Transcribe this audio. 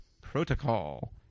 Protocol